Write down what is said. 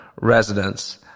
residents